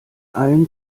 allen